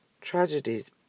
tragedies